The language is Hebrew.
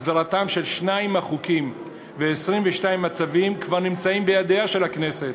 הסדרתם של שניים מהחוקים ו-22 מהצווים כבר נמצאים בידיה של הכנסת